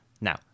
Now